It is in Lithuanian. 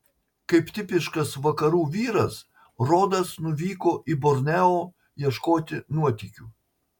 kaip tipiškas vakarų vyras rodas nuvyko į borneo ieškoti nuotykių